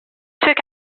took